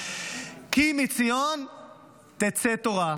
"כי מציון תצא תורה".